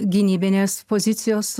gynybinės pozicijos